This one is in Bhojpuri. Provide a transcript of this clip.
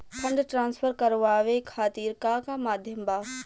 फंड ट्रांसफर करवाये खातीर का का माध्यम बा?